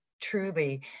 truly